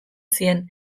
zien